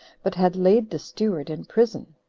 but had laid the steward in prison.